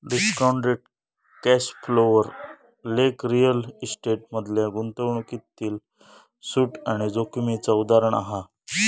discounted cash flow वर लेख real estate मधल्या गुंतवणूकीतील सूट आणि जोखीमेचा उदाहरण हा